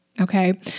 okay